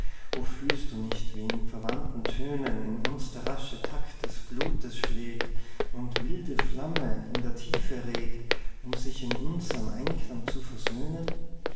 fühlst du nicht wie in verwandten tönen in uns der rasche takt des blutes schlägt und wilde flamme in der tiefe regt um sich in unserm einklang zu versöhnen